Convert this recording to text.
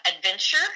adventure